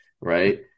right